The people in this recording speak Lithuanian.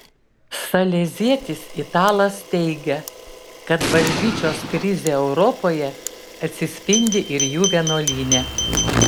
salezietis italas teigia kad bažnyčios krizė europoje atsispindi ir jų vienuolyne